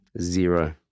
Zero